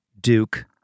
Duke